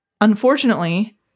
unfortunately